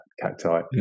cacti